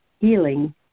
healing